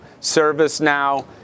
ServiceNow